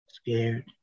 scared